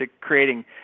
creating